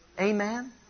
Amen